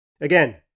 again